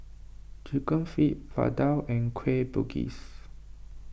Chicken Feet Vadai and Kueh Bugis